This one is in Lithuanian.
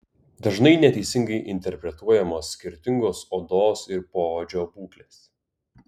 dažnai neteisingai interpretuojamos skirtingos odos ir poodžio būklės